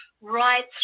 right